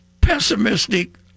pessimistic